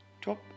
Top